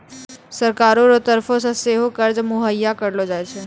सरकारो के तरफो से सेहो कर्जा मुहैय्या करलो जाय छै